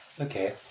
Okay